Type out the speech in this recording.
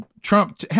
trump